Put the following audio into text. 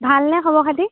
ভালনে খবৰ খাতি